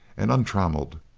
and untrammelled.